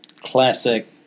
classic